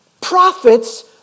prophets